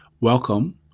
Welcome